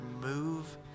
move